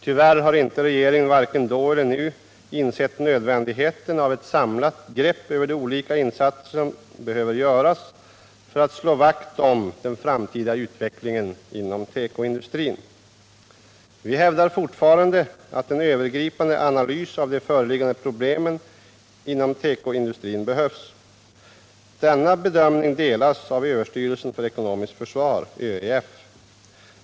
Tyvärr har inte regeringen vare sig då eller nu insett nödvändigheten av ett samlat grepp över de olika insatser som behöver göras för att slå vakt om den framtida utvecklingen inom tekoindustrin. Vi hävdar fortfarande att en övergripande analys av de föreliggande problemen inom tekoindustrin behövs. Denna bedömning delas av överstyrelsen för ekonomiskt försvar, ÖEF.